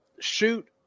Shoot